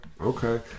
Okay